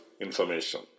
information